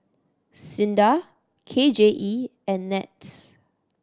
SINDA K J E and NETS